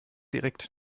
direkt